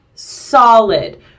solid